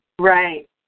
Right